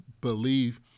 believe